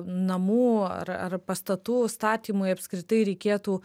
namų ar ar pastatų statymui apskritai reikėtų